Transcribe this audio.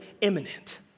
imminent